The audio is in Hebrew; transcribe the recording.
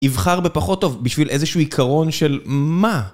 יבחר בפחות טוב בשביל איזשהו עיקרון של מה?